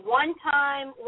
one-time